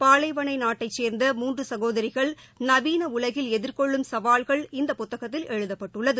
பாலைவனநாட்டைச் சார்ந்த மூன்றுசகோதரிகள் நவீனஉலகில் எதிர்கொள்ளும் சவால்கள் இந்தப் புத்தகத்தில் எழுதப்பட்டுள்ளது